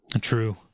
True